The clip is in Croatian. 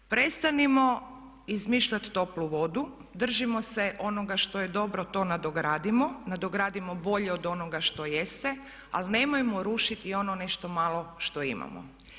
Prestanimo izmišljati toplu vodu, držimo se onoga što je dobro, to nadogradimo, nadogradimo bolje od onoga što jeste ali nemojmo rušiti i ono nešto malo što imamo.